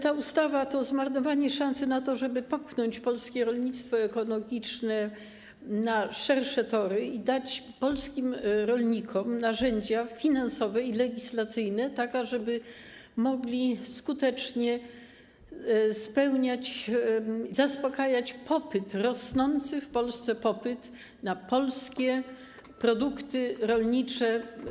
Ta ustawa to zmarnowanie szansy na to, żeby popchnąć polskie rolnictwo ekologiczne na szersze tory i dać polskim rolnikom narzędzia finansowe i legislacyjne, tak żeby mogli skutecznie zaspokajać rosnący w Polsce popyt na polskie ekologiczne produkty rolnicze.